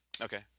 Okay